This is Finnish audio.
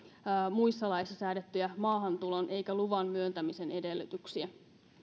muissa laeissa säädettyjä maahantulon eikä luvan myöntämisen edellytyksiä